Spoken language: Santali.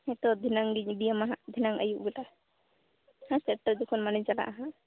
ᱦᱮᱸ ᱛᱚ ᱫᱷᱤᱱᱟᱹᱝ ᱜᱮᱧ ᱤᱫᱤ ᱟᱢᱟ ᱦᱟᱜ ᱫᱷᱤᱱᱟᱹᱝ ᱟᱹᱭᱩᱵ ᱵᱮᱞᱟ ᱦᱮᱸ ᱥᱮ ᱡᱚᱠᱷᱚᱱ ᱢᱟᱱᱮᱧ ᱪᱟᱞᱟᱜᱼᱟ ᱦᱟᱜ